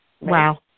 Wow